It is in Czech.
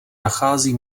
nachází